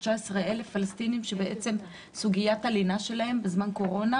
מהזיכרון שסוגיית הלינה שלהם בזמן קורונה,